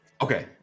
Okay